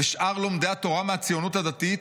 ושאר לומדי התורה מהציונות הדתית,